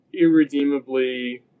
irredeemably